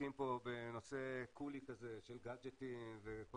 מתעסקים פה בנושא קוּלי כזה של גאדג'טים וכל